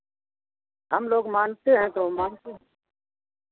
हम लोग मानते हैं तो हम मानते हैं